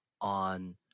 on